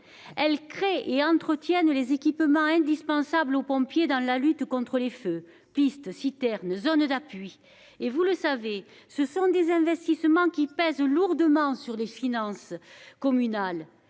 Elles créent et entretiennent les équipements indispensables aux pompiers dans la lutte contre les feux : pistes, citernes, zones d'appui, etc. Cela représente- vous le savez -des investissements qui pèsent lourdement sur les finances communales.